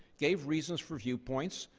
gave reasons for viewpoints,